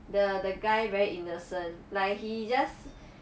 the the guy very innocent like he just